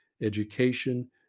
education